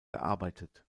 gearbeitet